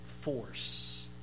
force